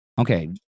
Okay